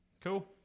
cool